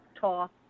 Talk